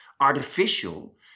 artificial